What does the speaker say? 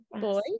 boy